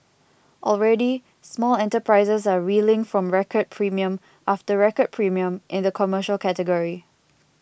already small enterprises are reeling from record premium after record premium in the commercial category